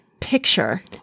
picture